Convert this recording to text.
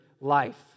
life